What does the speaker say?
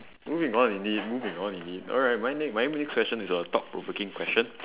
moving on indeed moving on indeed alright my ne~ my next question is a thought provoking question